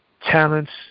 talents